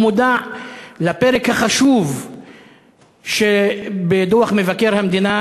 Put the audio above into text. הוא מודע לפרק החשוב שבדוח מבקר המדינה